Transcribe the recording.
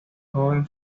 joven